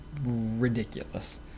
ridiculous